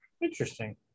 interesting